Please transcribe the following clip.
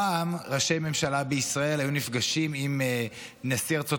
פעם ראשי ממשלה בישראל היו נפגשים עם נשיא ארצות